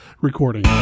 recording